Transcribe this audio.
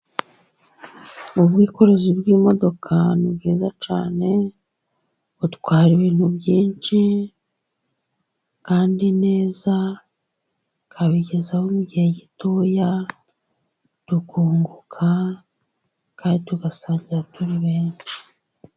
Ubwikorezi bw'imodoka ni bwiza cyane butwara ibintu byinshi, kandi neza ukabigezaho mu gihe gitoya, tukunguka kandi tugasangira turi benshi.